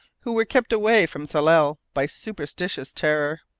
who were kept away from tsalal by superstitious terror.